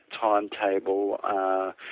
timetable